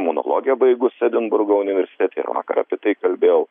monologe baigusi edinburgo universitete ir vakar apie tai kalbėjau